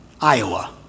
Iowa